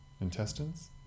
Intestines